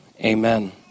amen